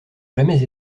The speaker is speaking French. jamais